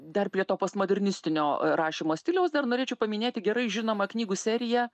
dar prie to postmodernistinio rašymo stiliaus dar norėčiau paminėti gerai žinomą knygų seriją